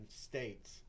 states